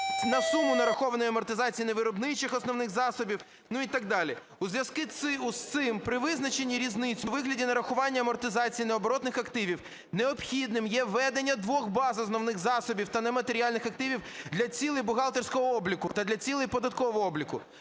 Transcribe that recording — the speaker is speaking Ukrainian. на суму нарахованої амортизації невиробничих основних засобів, ну і так далі. У зв'язку з цим при визначенні різниці у вигляді нарахування амортизації необоротних активів необхідним є ведення двох баз основних засобів та нематеріальних активів для цілей бухгалтерського обліку та для цілей податкового обліку.